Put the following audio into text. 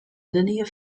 linear